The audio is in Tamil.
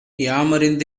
யாமறிந்த